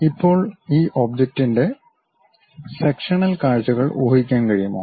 ഇപ്പോൾ ഈ ഒബ്ജക്റ്റിന്റെ സെക്ഷനൽ കാഴ്ചകൾ ഊഹിക്കാൻ കഴിയുമോ